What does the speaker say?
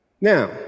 Now